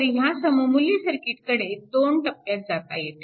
तर ह्या सममुल्य सर्किटकडे दोन टप्प्यात जाता येते